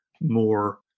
more